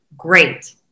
great